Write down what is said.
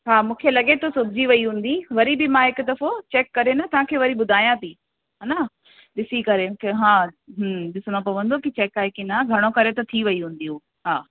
हा मूंखे लॻे थो सिबिजी वेई हूंदी वरी बि मां हिकु दफ़ो चेक करे न तव्हांखे वरी ॿुधायां थी हा न ॾिसी करे कंहिं हा हम्म ॾिसिणो पवंदो कि चेक आहे कि न घणो करे त थी वेई हूंदी उहो हा